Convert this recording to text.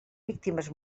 víctimes